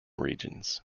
regions